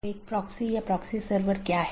इसलिए हमारे पास BGP EBGP IBGP संचार है